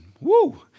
woo